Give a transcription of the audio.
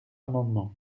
amendement